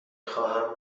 خواهم